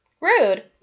Rude